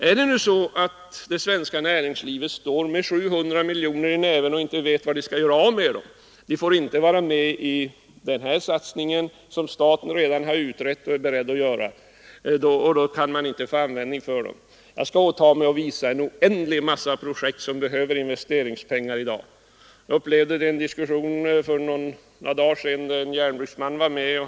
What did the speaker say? Är det så att det svenska näringslivet står med 700 miljoner i näven och inte vet var man skall göra av dem — det förefaller som om man inte kunde hitta någon användning för dem om man inte får vara med i den här satsningen som staten redan har utrett och är beredd att göra — kan jag åta mig att visa på en massa projekt som i dag behöver investeringspengar. Jag var för några dagar sedan med i en diskussion där också en järnbruksman deltog.